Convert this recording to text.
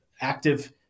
active